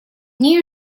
нею